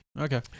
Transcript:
Okay